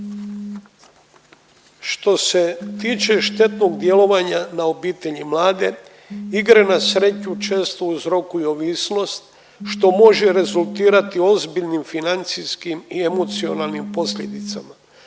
Što se tiče štetnog djelovanja na obitelj i mlade igre na sreću često uzrokuju ovisnost što može rezultirati ozbiljnim financijskim i emocionalnim posljedicama.